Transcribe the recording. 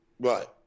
Right